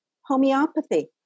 homeopathy